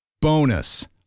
Bonus